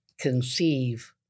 conceive